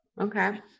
Okay